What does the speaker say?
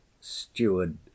STEWARD